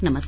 नमस्कार